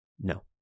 No